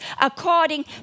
according